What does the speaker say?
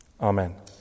Amen